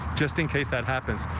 just in case that happens.